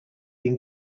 been